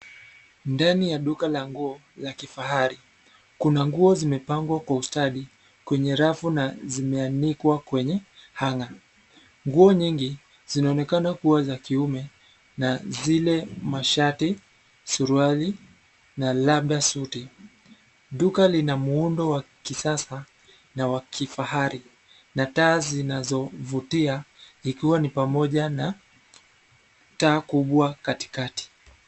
Ndani ya duka la nguo la kifahari. Kuna nguo zimepangwa kwa ustadi kwenye radio na zimeanikwa kwenye [cs ]hanger . Nguo nyingi zinaonekana kuwa za kiume na zile mashati, suruali na labda suti. Duka lina muundo wa kisasa na wa kifahari na taa zinazovutia, ikiwa ni pamoja na taa kubwa katikati.